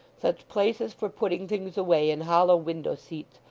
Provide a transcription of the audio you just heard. such places for putting things away in hollow window-seats,